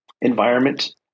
environment